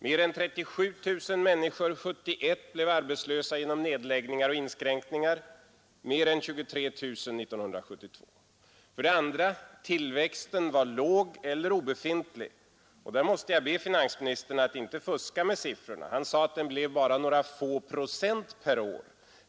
Mer än 37 000 människor blev arbetslösa genom arbetsnedläggningar och inskränkningar år 1971, mer än 23 000 år 1972. För det andra var tillväxten låg eller obefintlig. Där måste jag be finansministern att inte fuska med siffrorna. Han sade att tillväxten blev bara några få procent per år.